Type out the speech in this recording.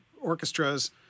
orchestras